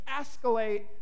escalate